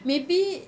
maybe